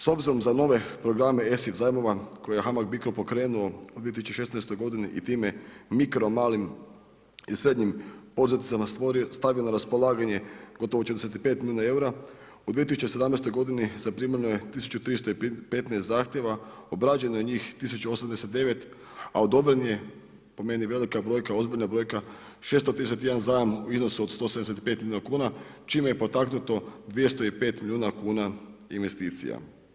S obzirom za nove programe ESIF zajmova koje je Hamag Bicro pokrenuo u 2016. godini i time mikro malim i srednjim poduzetnicima stavio na raspolaganje gotovo 45 milijuna EUR-a, u 2017. godini zaprimljeno je 1315 zahtjeva, obrađeno je njih 1089, a odobren je po meni velika brojka, ozbiljna brojka 631 zajam u iznosu od 175 milijuna kuna čime je potaknuto 205 milijuna kuna investicija.